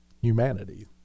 humanity